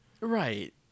Right